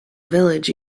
village